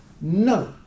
no